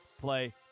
play